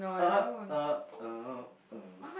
oh oh oh oh oh